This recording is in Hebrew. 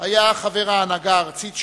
היה חבר ההנהגה הארצית שלה,